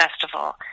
festival